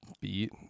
Beat